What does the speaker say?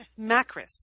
Macris